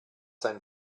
sein